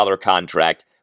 contract